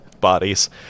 bodies